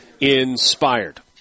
inspired